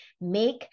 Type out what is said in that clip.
make